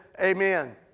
Amen